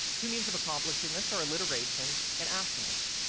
two means of accomplishing this are alliteration and assonance.